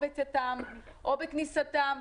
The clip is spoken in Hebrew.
או בצאתם או בכניסתם.